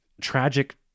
tragic